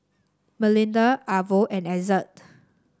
Melinda Arvo and Ezzard